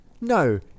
No